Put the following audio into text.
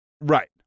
Right